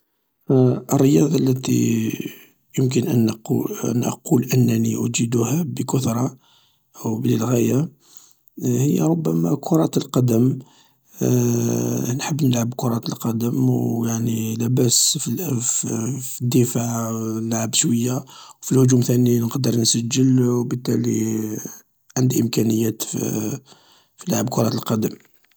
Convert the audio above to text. ﻿الرياضة التي يمكن أن نقول أن أقول أنني أجيدها بكثرة، أو للغاية. هي ربما كرة القدم، نحب نلعب كرة القدم و يعني لاباس في الدفاع نلعب شوية، في الهجوم ثاني نقدر نسجل و بالتالي عندي إمكانيات في في لعب كرة القدم.